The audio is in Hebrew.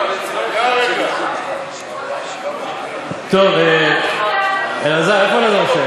ניסחתי, טוב, אלעזר, איפה אלעזר שטרן?